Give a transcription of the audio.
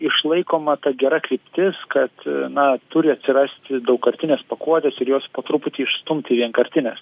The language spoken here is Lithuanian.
išlaikoma ta gera kryptis kad na turi atsirasti daugkartinės pakuotės ir jos po truputį išstumti vienkartines